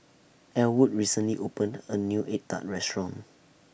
Elwood recently opened A New Egg Tart Restaurant